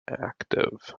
active